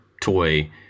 toy